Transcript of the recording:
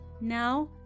Now